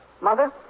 Mother